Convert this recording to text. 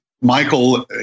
Michael